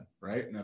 Right